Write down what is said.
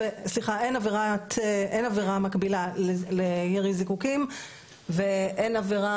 אין עבירה מקבילה לירי זיקוקים ואין עבירה